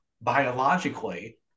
biologically